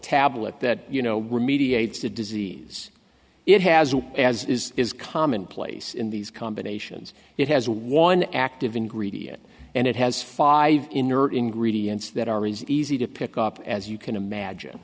tablet that you know we're mediates the disease it has as is is commonplace in these combinations it has one active ingredient and it has five inert ingredients that are easy easy to pick up as you can imagine